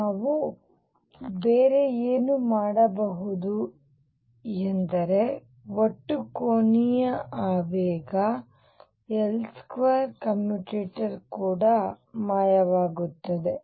ನಾವು ಬೇರೆ ಏನು ಮಾಡಬಹುದು ಎಂದರೆ ಒಟ್ಟು ಕೋನೀಯ ಆವೇಗ L2 ಕಮ್ಯುಟೇಟರ್ ಕೂಡ ಮಾಯವಾಗುತ್ತದೆ